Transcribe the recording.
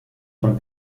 von